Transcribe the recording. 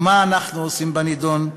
ומה אנו עושים בנדון?